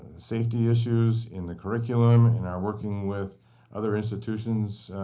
safety issues, in the curriculum, and are working with other institutions,